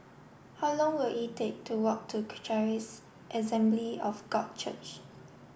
how long will it take to walk to Charis Assembly of God Church